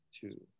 two